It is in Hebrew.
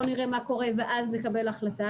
בואו נראה מה קורה ואז נקבל החלטה,